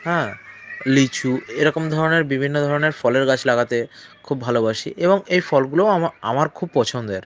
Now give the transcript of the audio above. হ্যাঁ লিচু এরকম ধরনের বিভিন্ন ধরনের ফলের গাছ লাগাতে খুব ভালোবাসি এবং এই ফলগুলোও আমার খুব পছন্দের